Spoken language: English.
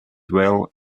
well